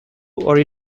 hori